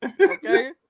Okay